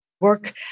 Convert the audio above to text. work